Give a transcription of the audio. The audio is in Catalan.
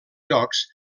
jocs